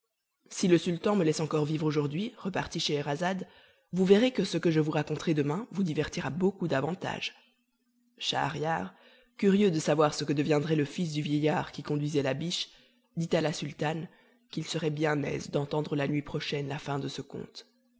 si le sultan me laisse encore vivre aujourd'hui repartit scheherazade vous verrez que ce que je vous raconterai demain vous divertira beaucoup davantage schahriar curieux de savoir ce que deviendrait le fils du vieillard qui conduisait la biche dit à la sultane qu'il serait bien aise d'entendre la nuit prochaine la fin de ce conte